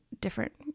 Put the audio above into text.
different